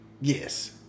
Yes